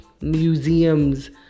museums